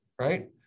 right